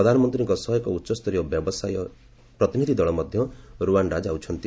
ପ୍ରଧାନମନ୍ତ୍ରୀଙ୍କ ସହ ଏକ ଉଚ୍ଚସ୍ତରୀୟ ବ୍ୟବସାୟୀ ପ୍ରତିନିଧି ଦଳ ମଧ୍ୟ ଯାଉଛନ୍ତି